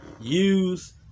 use